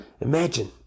Imagine